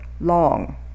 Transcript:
long